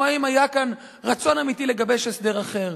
או האם היה כאן רצון אמיתי לגבש הסדר אחר?